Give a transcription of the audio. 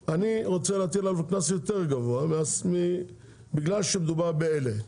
זאת אומרת אני רוצה להטיל עליו קנס יותר גבוה בגלל שמדובר באלה.